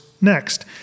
next